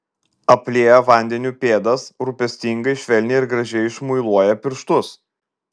aplieja vandeniu pėdas rūpestingai švelniai ir gražiai išmuiluoja pirštus